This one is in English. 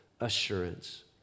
assurance